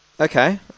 Okay